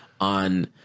on